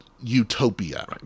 utopia